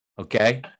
okay